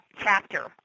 chapter